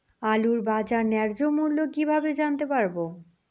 আলুর বাজার ন্যায্য মূল্য কিভাবে জানতে পারবো?